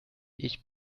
ich